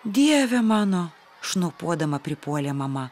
dieve mano šnopuodama pripuolė mama